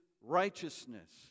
righteousness